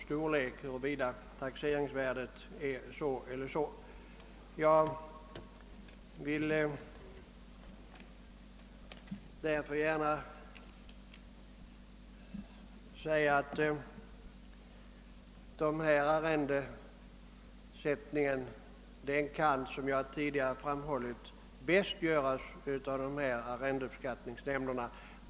Arrendeuppskattningsnämnderna har de; bästa förutsättningarna att kunna sätta arrendena.